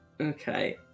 Okay